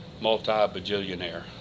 Multi-bajillionaire